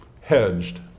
hedged